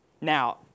Now